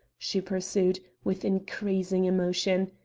she pursued, with increasing emotion.